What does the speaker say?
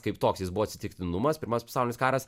kaip toks jis buvo atsitiktinumas pirmas pasaulinis karas